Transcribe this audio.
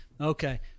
Okay